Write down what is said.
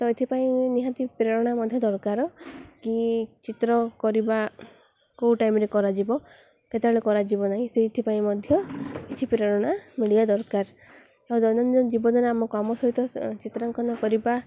ତ ଏଥିପାଇଁ ନିହାତି ପ୍ରେରଣା ମଧ୍ୟ ଦରକାର କି ଚିତ୍ର କରିବା କେଉଁ ଟାଇମ୍ରେ କରାଯିବ କେତେବେଳେ କରାଯିବ ନାହିଁ ସେଥିପାଇଁ ମଧ୍ୟ କିଛି ପ୍ରେରଣା ମିଳିବା ଦରକାର ଆଉ ଦୈନନ୍ଦିନ ଜୀବନରେ ଆମ କାମ ସହିତ ଚିତ୍ରାଙ୍କନ କରିବା